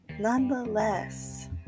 Nonetheless